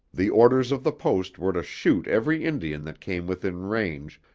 the orders of the post were to shoot every indian that came within range,